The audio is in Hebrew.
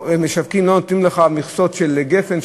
משווקים לא נותנים לך מכסות של גפן,